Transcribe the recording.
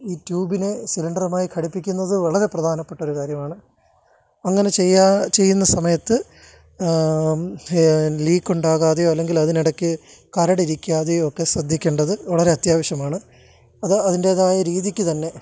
ഈ ട്യൂബിനെ സിലിണ്ടറുമായി ഘടിപ്പിക്കുന്നത് വളരെ പ്രധാനപ്പെട്ടൊരു കാര്യമാണ് അങ്ങനെ ചെയ്യാൻ ചെയ്യുന്ന സമയത്ത് ലീക്ക് ഉണ്ടാകാതെയോ അല്ലെങ്കിൽ അതിനിടയ്ക്ക് കരടിരിക്കാതെയോ ഒക്കെ ശ്രദ്ധിക്കേണ്ടത് വളരെ അത്യാവശ്യമാണ് അത് അതിന്റേതായ രീതിക്കുതന്നെ